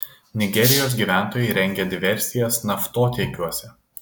nigerijos gyventojai rengia diversijas naftotiekiuose